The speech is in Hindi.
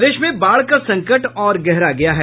प्रदेश में बाढ़ का संकट और गहरा गया है